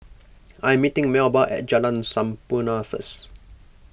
I am meeting Melba at Jalan Sampurna first